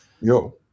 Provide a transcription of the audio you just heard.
Yo